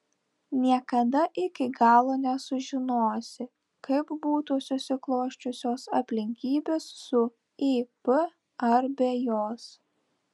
niekada iki galo nesužinosi kaip būtų susiklosčiusios aplinkybės su ip ar be jos